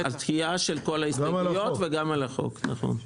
וגם על החוק.